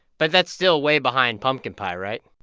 but that's still way behind pumpkin pie, right?